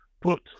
put